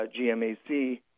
GMAC